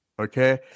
Okay